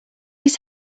his